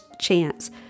chance